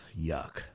Yuck